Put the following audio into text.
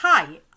Hi